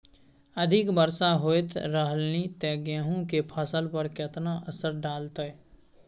अधिक वर्षा होयत रहलनि ते गेहूँ के फसल पर केतना असर डालतै?